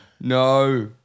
No